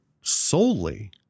solely